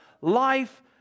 life